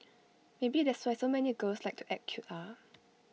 maybe that's why so many girls like to act cute ah